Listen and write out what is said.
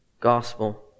gospel